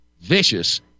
vicious